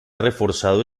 reforzado